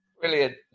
Brilliant